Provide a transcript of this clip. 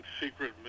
secret